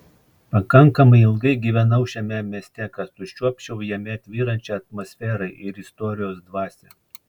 pakankamai ilgai gyvenau šiame mieste kad užčiuopčiau jame tvyrančią atmosferą ir istorijos dvasią